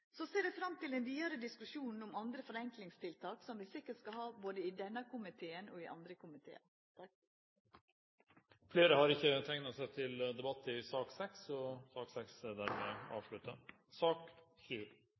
Så ser eg fram til ein vidare diskusjon om andre forenklingstiltak, som vi sikkert skal ha både i denne komiteen og i andre komitear. Flere har ikke bedt om ordet til sak nr. 6. Etter ønske fra komiteen vil presidenten foreslå at taletiden begrenses til 40 minutter og